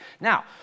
Now